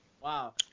Wow